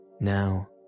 Now